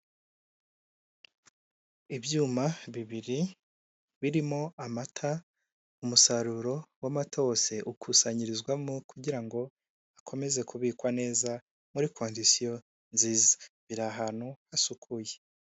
Ibyuma bibiri birimo amata umusaruro w'amata wose ukusanyirizwamo kugira ngo akomeze kubikwa neza muri kondisiyo nziza biri ahantu hasukuye.